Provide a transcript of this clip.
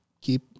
Keep